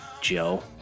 Joe